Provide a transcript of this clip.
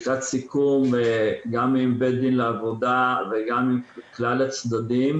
לקראת סיכום גם עם בית הדין לעבודה וגם עם כלל הצדדים.